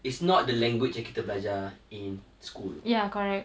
it's not the language yang kita belajar in school